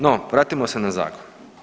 No vratimo se na zakon.